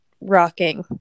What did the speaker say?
rocking